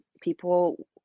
people